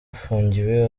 afungiwe